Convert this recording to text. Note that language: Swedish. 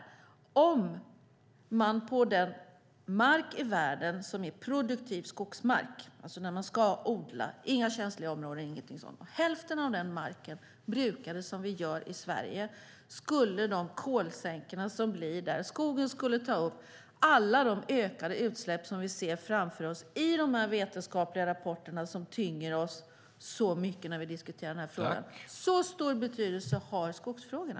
Det gäller den mark i världen som är produktiv skogsmark, det vill säga där man ska odla och där det inte finns några känsliga områden. Om vi på hälften av den marken brukade som i Sverige skulle de kolsänkor som blir där innebära att skogen skulle ta upp alla de ökade utsläpp som vi ser framför oss i de vetenskapliga rapporter som tynger oss så mycket när vi diskuterar den här frågan. Så stor betydelse har skogsfrågorna.